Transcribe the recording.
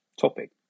topic